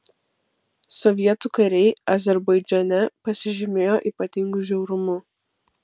sovietų kariai azerbaidžane pasižymėjo ypatingu žiaurumu